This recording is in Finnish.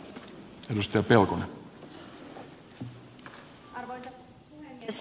arvoisa puhemies